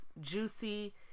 juicy